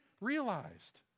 realized